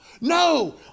No